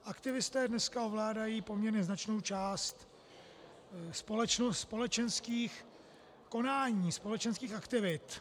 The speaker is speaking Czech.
Aktivisté dneska ovládají poměrně značnou část společenských konání, společenských aktivit.